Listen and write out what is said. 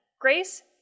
Grace